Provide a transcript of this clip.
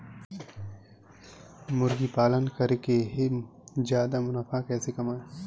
मुर्गी पालन करके ज्यादा मुनाफा कैसे कमाएँ?